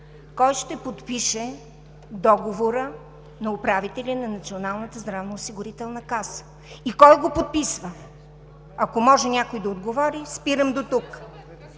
кой ще подпише договора на управителя на Националната здравноосигурителна каса и кой го подписва? Ако може някой да отговори, спирам дотук.